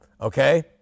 okay